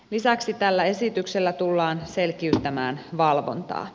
lisäksi tällä esityksellä tullaan selkiyttämään valvontaa